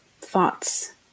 thoughts